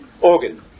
organ